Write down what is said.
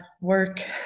work